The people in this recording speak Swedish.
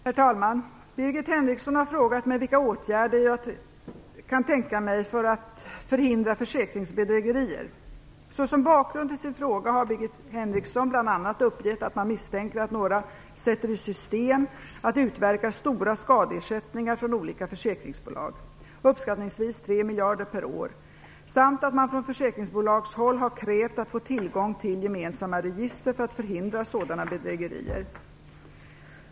Herr talman! Birgit Henriksson har frågat mig vilka åtgärder jag kan tänka mig för att hindra försäkringsbedrägerier. Såsom bakgrund till sin fråga har Birgit Henriksson bl.a. uppgett att man misstänker att några sätter i system att utverka stora skadeersättningar från olika försäkringsbolag, uppskattningsvis tre miljarder per år, samt att man från försäkringsbolagshåll har krävt att få tillgång till gemensamma register för att förhindra sådana bedrägerier.